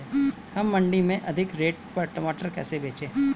हम मंडी में अधिक रेट पर टमाटर कैसे बेचें?